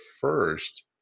first